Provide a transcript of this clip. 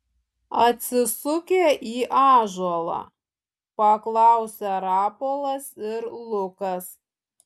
atsisukę į ąžuolą paklausė rapolas ir lukas